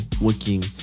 working